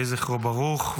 יהי זכרו ברוך.